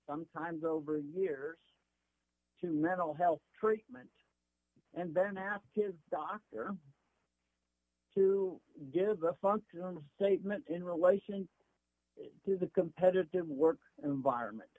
sometimes over the years to mental health treatment and then ask his doctor to give the functional statement in relation to the competitive work environment